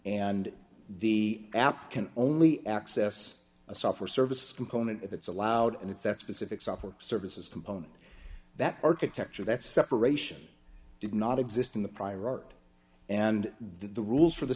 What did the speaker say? and the app can only access a software services component if it's allowed and it's that specific software services component that architecture that separation did not exist in the prior art and the rules for the